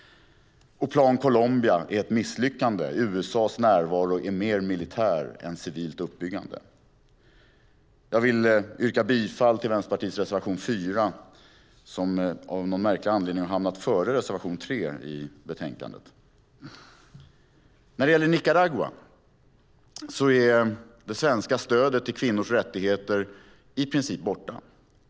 Plan Colombia är ett misslyckande. USA:s närvaro är mer militär än civilt uppbyggande. Jag vill yrka bifall till Vänsterpartiets reservation 4. När det gäller Nicaragua är det svenska stödet till kvinnors rättigheter i princip borta.